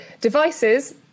devices